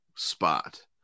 spot